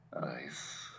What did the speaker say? Nice